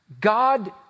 God